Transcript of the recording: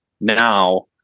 now